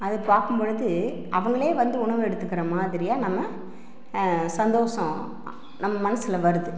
அது பார்க்கும் பொழுது அவங்களே வந்து உணவு எடுத்துக்கிற மாதிரியாக நம்ம சந்தோஷம் நம்ம மனசில் வருது